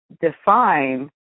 define